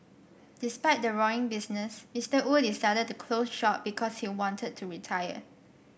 despite the roaring business Mister Wu decided to close shop because he wanted to retire